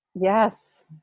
Yes